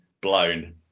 blown